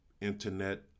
internet